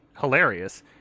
hilarious